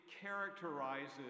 characterizes